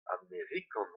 amerikan